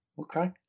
Okay